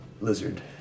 lizard